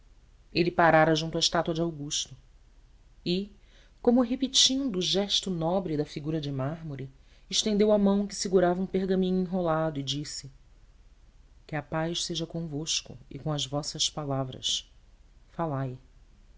ele parara junto à estátua de augusto e como repetindo o gesto nobre da figura de mármore estendeu a mão que segurava um pergaminho enrolado e disse que a paz seja convosco e com as vossas palavras falai